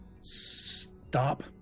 stop